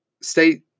state